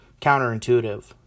counterintuitive